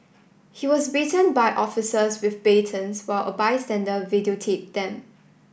he was beaten by officers with batons while a bystander videotaped them